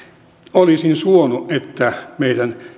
olisin suonut että meidän